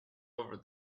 over